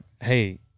hey